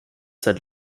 seit